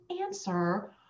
answer